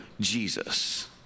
Jesus